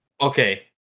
Okay